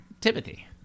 Timothy